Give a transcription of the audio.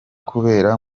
kubera